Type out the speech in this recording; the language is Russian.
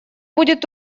будет